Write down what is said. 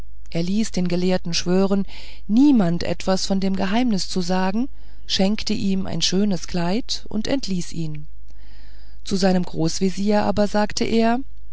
er ließ den gelehrten schwören niemand etwas von dem geheimnis zu sagen schenkte ihm ein schönes kleid und entließ ihn zu seinem großvezier aber sagte er